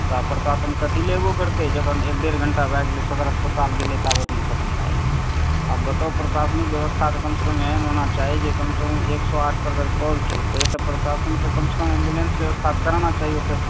तब प्रशासन कथी ला अयबो करतै जखन एक डेढ़ घण्टा भय गेलै सदर अस्पतताल गेलै ताबतमे खतम भय गेलै आब बताउ प्रशासनिक व्यवस्था तऽ कम से कम एहन होना चाही जे कम से कम एक सए आठ पर कॉल केलकै तऽ प्रशासनके कम सऽ कम एम्बुलेन्स के व्यवस्था कराना चाही ओतय